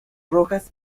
rojas